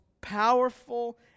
powerful